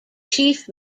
chief